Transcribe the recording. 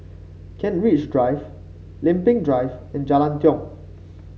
Kent Ridge Drive Lempeng Drive and Jalan Tiong